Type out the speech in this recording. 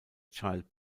child